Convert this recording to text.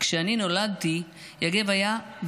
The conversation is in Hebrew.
על הבית שבנו יחדיו בקיבוץ,